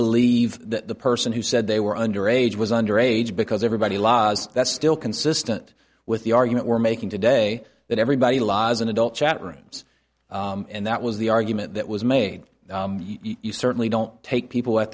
believe that the person who said they were under age was under age because everybody laws that's still consistent with the argument we're making today that everybody law is an adult chat rooms and that was the argument that was made you certainly don't take people at